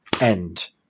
End